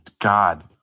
God